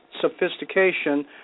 sophistication